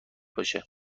باشه